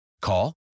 Call